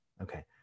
Okay